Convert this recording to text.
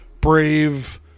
brave